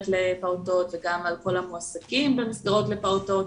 לפעוטות וגם על כל המועסקים במסגרות לפעוטות,